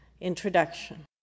Introduction